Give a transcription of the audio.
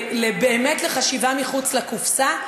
באמת בחשיבה מחוץ לקופסה.